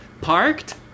parked